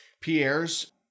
Pierre's